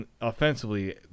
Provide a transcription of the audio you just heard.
Offensively